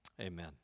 amen